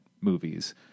movies